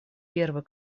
первый